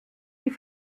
die